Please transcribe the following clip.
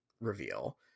reveal